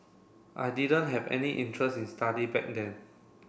I didn't have any interest in study back then